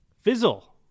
fizzle